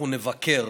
אנחנו נבקר